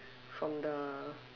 from the